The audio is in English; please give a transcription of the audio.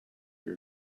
your